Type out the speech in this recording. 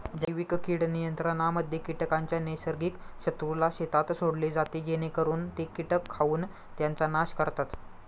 जैविक कीड नियंत्रणामध्ये कीटकांच्या नैसर्गिक शत्रूला शेतात सोडले जाते जेणेकरून ते कीटक खाऊन त्यांचा नाश करतात